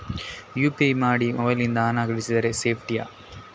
UPI ಮಾಡಿ mobile ನಿಂದ ಹಣ ಕಳಿಸಿದರೆ ಸೇಪ್ಟಿಯಾ?